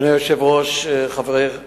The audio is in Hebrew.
תיירים שאינם מעוניינים שתוחתם בדרכונם חותמת